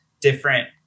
different